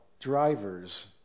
Drivers